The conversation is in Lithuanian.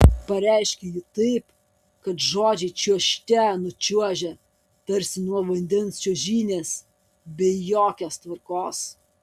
pareiškia ji taip kad žodžiai čiuožte nučiuožia tarsi nuo vandens čiuožynės be jokios tvarkos